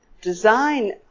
design